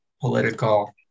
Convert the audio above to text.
political